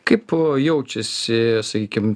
kaip jaučiasi sakykim